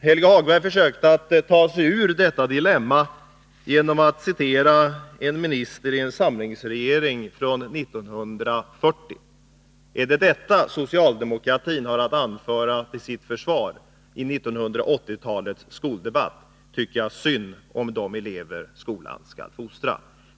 Helge Hagberg försökte ta sig ur detta dilemma genom att citera en minister i en samlingsregering från 1940. Om det är detta socialdemokratin har att anföra till sitt försvar i 1980-talets skoldebatt, tycker jag synd om de elever skolan skall fostra.